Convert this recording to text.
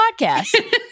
podcast